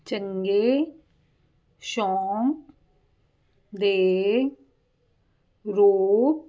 ਚੰਗੇ ਸ਼ੌਂਕ ਦੇ ਰੂਪ